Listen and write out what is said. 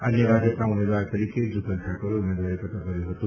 અન્ય ભાજપના ઉમેદવાર તરીકે જુગલ ઠાકોરે ઉમેદવારીપત્ર ભર્યું હતું